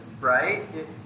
right